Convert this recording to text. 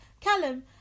Callum